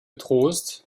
trost